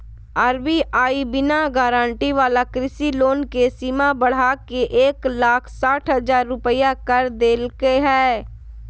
RBI बिना guarantee वाला कृषि लोन के सीमा बढ़ाके एक लाख साठ हजार रुपया कर देलके हें